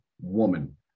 woman